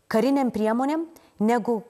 karinėm priemonėm negu